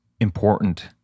important